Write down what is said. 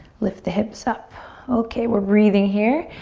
lift the hips up. okay, we're breathing here.